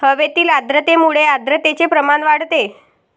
हवेतील आर्द्रतेमुळे आर्द्रतेचे प्रमाण वाढते